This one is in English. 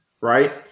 right